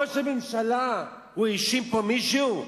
ראש הממשלה האשים פה מישהו?